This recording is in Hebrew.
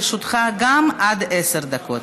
גם לרשותך עד עשר דקות.